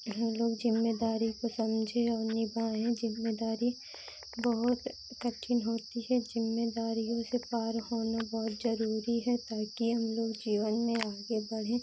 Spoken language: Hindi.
लोग ज़िम्मेदारी को समझे और निभाएं ज़िम्मेदारी बहुत कठिन होती है ज़िम्मेदारियों से पार होना बहुत ज़रूरी है ताकि हम लोग जीवन में आगे बढ़ें